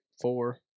four